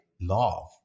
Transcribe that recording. love